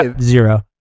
zero